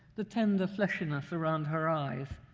the tender fleshiness around her eyes.